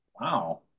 Wow